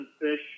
fish